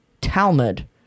Talmud